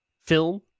film